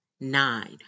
nine